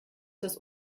das